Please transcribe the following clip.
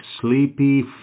Sleepy